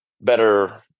better